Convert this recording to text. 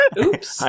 Oops